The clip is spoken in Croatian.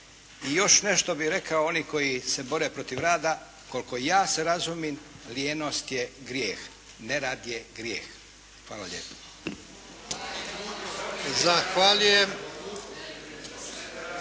I još nešto bih rekao, oni koji se bore protiv rada koliko ja se razumijem lijenost je grijeh, nerad je grijeh. Hvala lijepo.